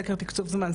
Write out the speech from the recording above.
סקר תקצוב זמן,